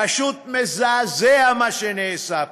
פשוט מזעזע מה שנעשה פה.